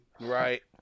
Right